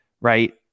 Right